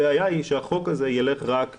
הבעיה היא שהחוק הזה יילך רק קדימה,